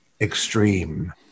extreme